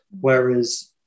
Whereas